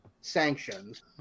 sanctions